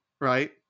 right